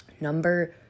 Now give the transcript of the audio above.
Number